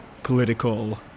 political